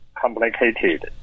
complicated